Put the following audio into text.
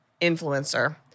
influencer